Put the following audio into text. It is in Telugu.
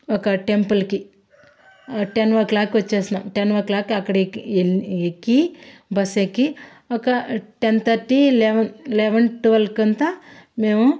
ఒక టెంపుల్కి టెన్ ఓ క్లాక్కి వచ్చేసినామ్ టెన్ ఓ క్లాక్ అక్కడ అక్కడ ఎక్కి బస్ ఎక్కి ఒక టెన్ థర్టీ లెవెన్ లెవెన్ టువల్వ్కి అంతా మేము